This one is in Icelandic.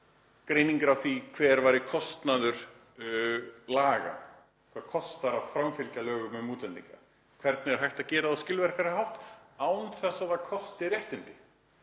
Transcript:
greiningar á því hver væri kostnaður laga. Hvað kostar að framfylgja lögum um útlendinga, hvernig er hægt að gera það á skilvirkari hátt án þess að það kosti réttindi?